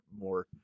more